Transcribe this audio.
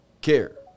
care